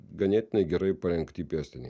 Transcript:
ganėtinai gerai parengti pėstiniai